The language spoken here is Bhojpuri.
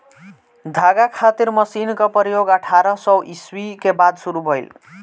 धागा खातिर मशीन क प्रयोग अठारह सौ ईस्वी के बाद शुरू भइल